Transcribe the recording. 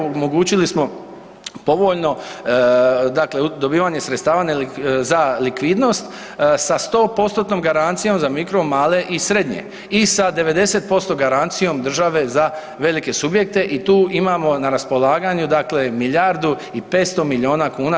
Omogućili smo povoljno dakle dobivanje sredstava za likvidnost sa 100%-tnom garancijom za mikro, male i srednje i sa 90% garancijom države za velike subjekte i tu imamo na raspolaganju dakle milijardu i 500 milijuna kuna.